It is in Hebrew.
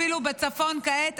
אפילו בצפון כעת,